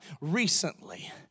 recently